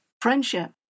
friendship